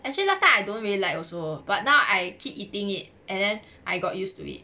actually last time I don't really like also but now I keep eating it and then I got used to it